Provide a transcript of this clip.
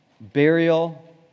burial